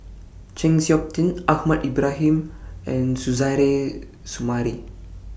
Chng Seok Tin Ahmad Ibrahim and Suzairhe Sumari